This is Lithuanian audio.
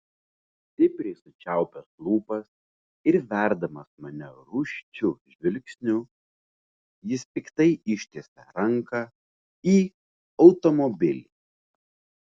stipriai sučiaupęs lūpas ir verdamas mane rūsčiu žvilgsniu jis piktai ištiesia ranką į automobilį